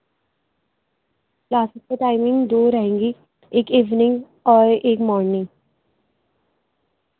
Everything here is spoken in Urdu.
کلاسیز کی ٹائمنگ دو رہیں گی ایک ایوننگ اور ایک مارننگ